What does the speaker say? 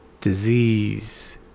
disease